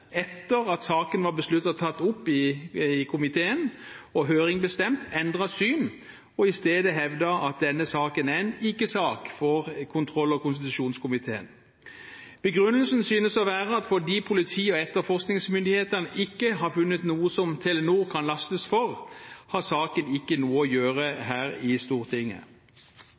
etter at saken var besluttet tatt opp i komiteen og høring bestemt, endret syn og isteden hevdet at denne saken er en ikke-sak for kontroll- og konstitusjonskomiteen. Begrunnelsen synes å være at fordi politi og etterforskningsmyndighetene ikke har funnet noe Telenor kan lastes for, har saken ikke noe å gjøre her i Stortinget.